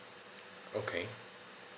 okay